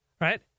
right